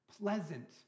Pleasant